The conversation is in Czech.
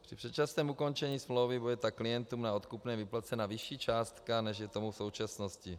Při předčasném ukončení smlouvy bude tak klientům na odkupném vyplacena vyšší částka, než je tomu v současnosti.